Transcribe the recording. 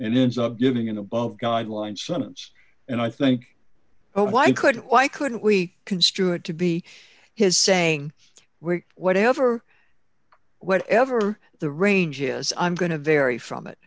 and ends up giving an above guideline sentence and i think oh why could why couldn't we construe it to be his saying well whatever whatever the range is i'm going to vary from it